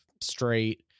straight